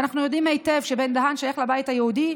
ואנחנו יודעים היטב שבן-דהן שייך לבית היהודי,